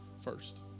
first